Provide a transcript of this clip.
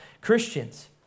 Christians